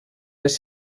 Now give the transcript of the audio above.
les